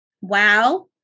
wow